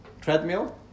Treadmill